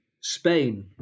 Spain